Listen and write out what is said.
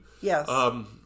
Yes